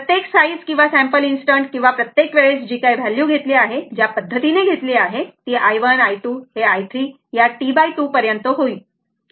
प्रत्येक साईज किंवा sample instant किंवा प्रत्येक वेळेस जी काही घेतली आहे ज्या पद्धतीने घेतली आहे ते i1 i2 हे i3ते या T2 पर्यंत येईल बरोबर